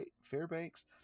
Fairbanks